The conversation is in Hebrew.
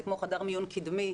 זה כמו חדר מיון קדמי,